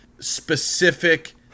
specific